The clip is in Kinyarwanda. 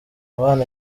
abana